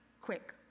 quick